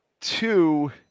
two